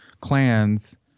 clans